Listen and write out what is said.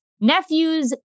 nephew's